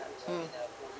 mm